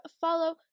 follow